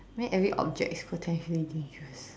I mean every object is potentially dangerous